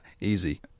easy